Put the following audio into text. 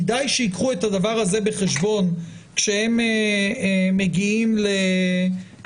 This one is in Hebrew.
כדאי שייקחו את הדבר הזה בחשבון כשהם מגיעים להתקהלויות,